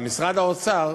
על משרד האוצר,